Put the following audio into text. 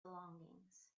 belongings